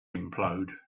implode